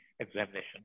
Examination